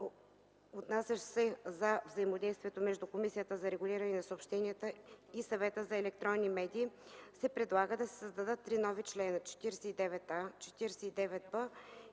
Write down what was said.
отнасящ се за взаимодействието между Комисията за регулиране на съобщенията и Съвета за електронни медии, се предлага да се създадат три нови члена: 49а, 49б и